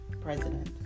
president